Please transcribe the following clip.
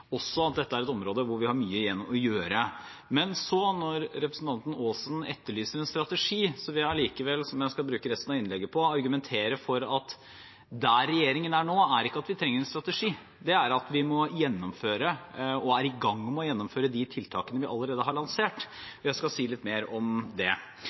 også at dette er et område hvor vi har mye igjen å gjøre. Men når representanten Aasen etterlyser en strategi, vil jeg likevel – som jeg skal bruke resten av innlegget på – argumentere for at regjeringen nå ikke er der at vi trenger en strategi, vi er der at vi må gjennomføre, og er i gang med å gjennomføre, de tiltakene vi allerede har lansert. Jeg skal si litt mer om det.